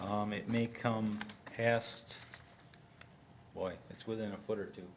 wall it may come past boy it's within a foot or two